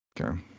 Okay